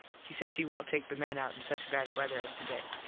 he says he wont take the men out in such bad wether as today.